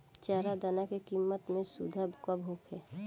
चारा दाना के किमत में सुधार कब होखे?